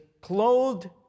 clothed